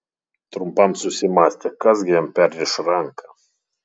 trumpam susimąstė kas gi jam perriš ranką